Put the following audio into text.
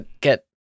get